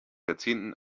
jahrzehnten